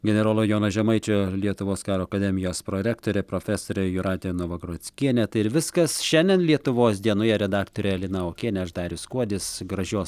generolo jono žemaičio lietuvos karo akademijos prorektorė profesorė jūratė novagrockienė tai ir viskas šiandien lietuvos dienoje redaktorė lina okienė o aš darius kuodis gražios